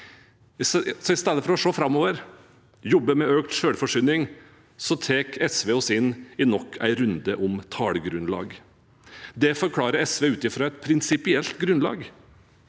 I stedet for å se framover og jobbe med økt selvforsyning tar SV oss inn i nok en runde om tallgrunnlag. Det forklarer SV ut fra et prinsipielt grunnlag.